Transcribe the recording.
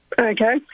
Okay